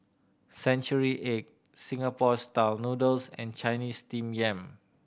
century egg Singapore Style Noodles and Chinese Steamed Yam